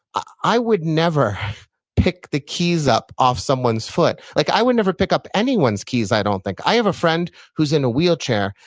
i would never pick the keys up off someone's foot. like i would never pick up anyone's keys, i don't think. i have a friend who's in a wheelchair,